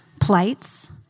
plights